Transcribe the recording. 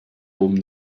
hohem